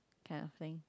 kind of thing